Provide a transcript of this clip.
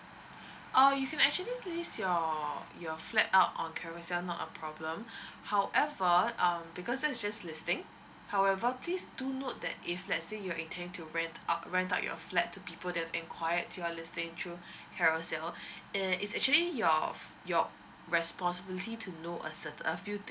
or you can actually list your your flat out on carousell not a problem however um because this is just listing however please do note that if let's say you're intend to rent out rent out your flat to people that enquire to your listing through carousell eh is actually your of~ your responsibility to know a certain a few things